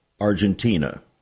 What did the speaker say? Argentina